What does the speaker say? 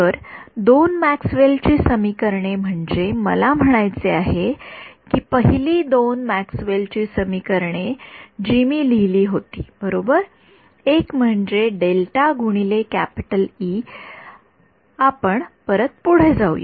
तर इतर दोन मॅक्सवेल ची समीकरणे म्हणजे मला म्हणायचे आहे कि पहिले दोन मॅक्सवेल ची समीकरणे जी मी लिहिली होती बरोबर एक म्हणजे आपण परत पुढे जाऊया